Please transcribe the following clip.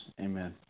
amen